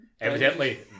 Evidently